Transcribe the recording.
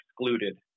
excluded